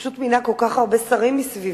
פשוט הוא מינה כל כך הרבה שרים מסביבו,